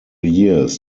years